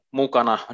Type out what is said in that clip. mukana